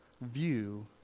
view